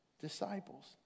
disciples